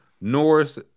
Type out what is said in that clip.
Norris